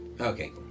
Okay